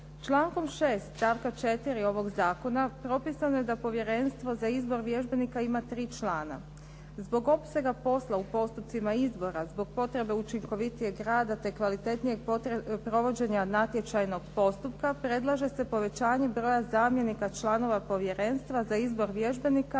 Člankom 6. stavka 4. ovog zakona propisano je da povjerenstvo za izbor vježbenika ima tri član. Zbog opsega posla u postupcima izbora zbog potrebe učinkovitijeg rada, te kvalitetnijeg provođenja natječajnog postupka, predlaže se povećanje broja zamjenika, članova povjerenstva za izbor vježbenika